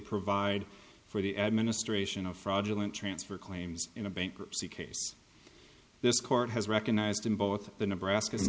provide for the administration of fraudulent transfer claims in a bankruptcy case this court has recognized in both the nebraska